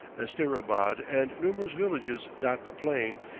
asterabad and numerous villages dot the plain,